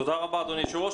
תודה רבה, אדוני היושב-ראש.